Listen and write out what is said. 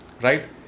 right